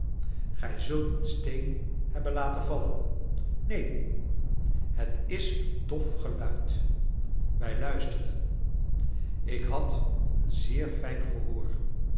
gij zult een steen hebben laten vallen neen het is een dof geluid wij luisterden ik had een zeer fijn gehoor